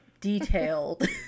detailed